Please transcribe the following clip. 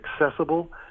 accessible